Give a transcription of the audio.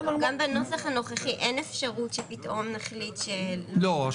גם בנוסח הנוכחי אין אפשרות שפתאום נחליט --- לא,